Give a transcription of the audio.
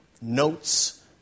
notes